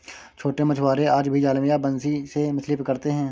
छोटे मछुआरे आज भी जाल या बंसी से मछली पकड़ते हैं